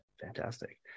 Fantastic